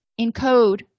encode